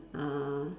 uh